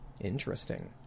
Interesting